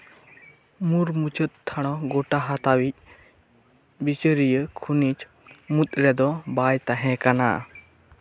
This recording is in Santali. ᱢᱩᱨ ᱢᱩᱪᱟᱹᱫ ᱴᱷᱟᱲᱚ ᱜᱚᱴᱟ ᱦᱟᱛᱟᱣᱤᱡ ᱵᱤᱪᱟᱹᱨᱤᱭᱟᱹ ᱠᱷᱚᱱᱤᱡ ᱢᱩᱫᱽ ᱨᱮᱫᱚ ᱵᱟᱭ ᱛᱟᱦᱮᱸ ᱠᱟᱱᱟ